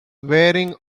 wearing